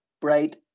bright